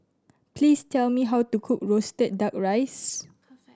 please tell me how to cook roasted Duck Rice